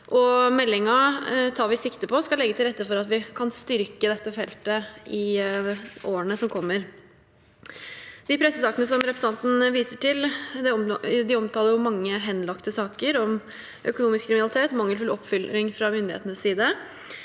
Meldingen tar vi sikte på at skal legge til rette for at vi kan styrke dette feltet i årene som kommer. De pressesakene representanten viser til, omtaler mange henlagte saker om økonomisk kriminalitet og mangelfull oppfølging fra myndighetenes side